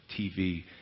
TV